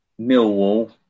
Millwall